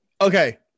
Okay